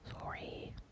Sorry